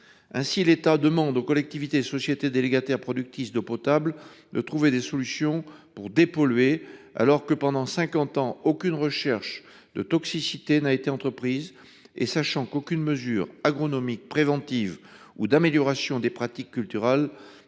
Ainsi, l’État demande aux collectivités et aux sociétés délégataires productrices d’eau potable de trouver des solutions pour dépolluer, alors que pendant cinquante ans aucune recherche de toxicité n’a été entreprise. On sait par ailleurs qu’aucune mesure agronomique préventive ou d’amélioration des pratiques culturales